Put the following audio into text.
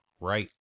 right